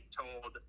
told